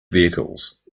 vehicles